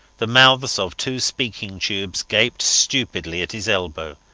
the mouths of two speaking-tubes gaped stupidly at his elbow,